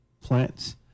plants